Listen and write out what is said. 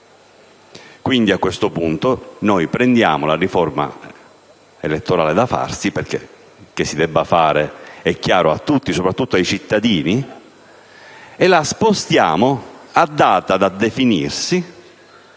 questo punto, quindi, noi prendiamo la riforma elettorale da farsi (perché che si debba fare è chiaro a tutti, soprattutto ai cittadini), e la spostiamo a data da definirsi,